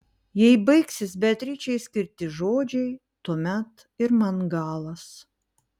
jei baigsis beatričei skirti žodžiai tuomet ir man galas